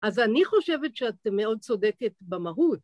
‫אז אני חושבת שאת מאוד צודקת במהות.